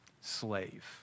Slave